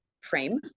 frame